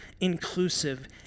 inclusive